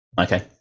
Okay